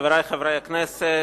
חברי חברי הכנסת,